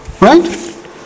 Right